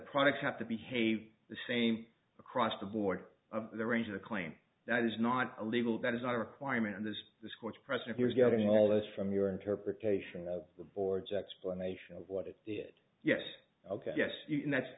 products have to behave the same across the board of the range of a claim that is not illegal that is not a requirement and there's this court's precedent here is getting all this from your interpretation of the board's explanation of what it did yes ok yes that's